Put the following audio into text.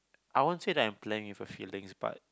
I won't say that I'm playing with her feelings but